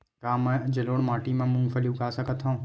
का मैं जलोढ़ माटी म मूंगफली उगा सकत हंव?